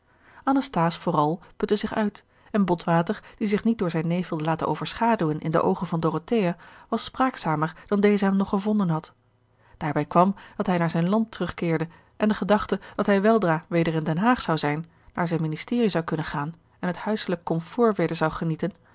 anasthase vooral putte zich uit en botwater die zich niet door zijn neef wilde laten overschaduwen in de oogen van dorothea was spraakzamer dan deze hem nog gevonden had daarbij kwam dat hij naar zijn land terugkeerde en de gedachte dat hij weldra weder in den haag zou zijn naar zijn ministerie zou kunnen gaan en het huiselijk comfort weder zon genieten